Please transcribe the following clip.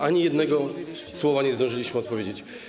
Ani jednego słowa nie zdążyliśmy powiedzieć.